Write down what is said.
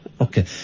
Okay